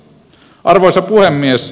arvoisa puhemies